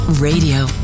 Radio